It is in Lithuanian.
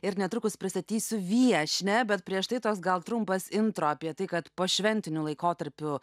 ir netrukus pristatysiu viešnią bet prieš tai toks gal trumpas intro apie tai kad pošventiniu laikotarpiu